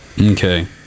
okay